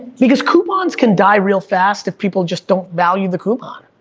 because, coupons can die real fast if people just don't value the coupon.